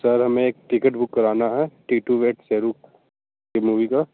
sir हमें एक ticket book कराना है टीटू वेड सेरू की मूवी की